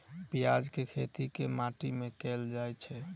प्याज केँ खेती केँ माटि मे कैल जाएँ छैय?